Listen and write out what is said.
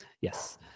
Yes